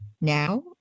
now